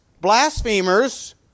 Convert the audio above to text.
blasphemers